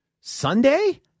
Sunday